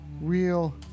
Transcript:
Real